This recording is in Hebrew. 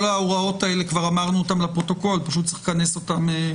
ההוראות האלה כבר אמרנו אותן לפרוטוקול אלא שצריך לכנס אותן,